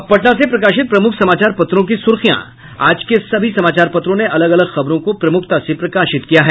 अब पटना से प्रकाशित प्रमुख समाचार पत्रों की सुर्खियां आज के सभी समाचार पत्रों ने अलग अलग खबरों को प्रमुखता से प्रकाशित किया है